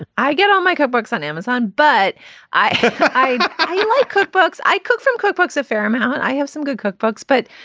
i get on my cookbooks on amazon, but i write like cookbooks. i cook from cookbooks a fair amount. i have some good cookbooks but,